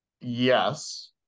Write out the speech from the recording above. Yes